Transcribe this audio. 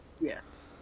Yes